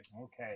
Okay